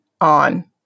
on